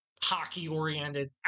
hockey-oriented